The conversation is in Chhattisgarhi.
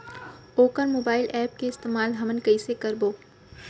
वोकर मोबाईल एप के इस्तेमाल हमन कइसे करबो?